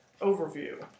overview